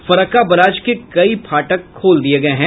Farakka barrage के कई फाटक खोल दिये गये हैं